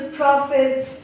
prophets